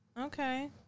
Okay